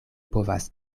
povas